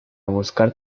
buscar